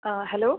অঁ হেল্ল'